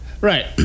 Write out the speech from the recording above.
Right